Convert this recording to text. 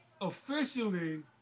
officially